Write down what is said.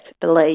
believe